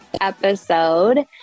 episode